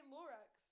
Lorax